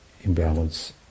imbalance